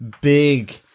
big